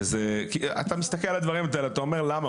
אתה מסתכל על הדברים ואתה אומר, למה?